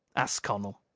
asked connel.